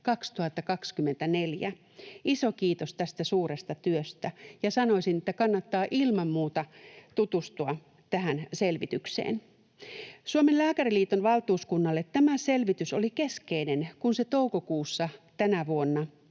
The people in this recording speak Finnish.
2024 — iso kiitos tästä suuresta työstä, ja sanoisin, että kannattaa ilman muuta tutustua tähän selvitykseen. Suomen Lääkäriliiton valtuuskunnalle tämä selvitys oli keskeinen, kun se toukokuussa tänä vuonna